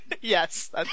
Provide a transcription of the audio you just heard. Yes